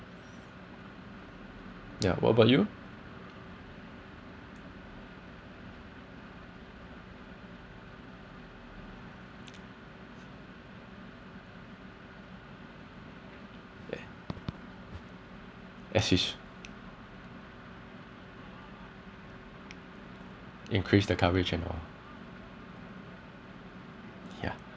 ya what about you as use increase the coverage and all yeah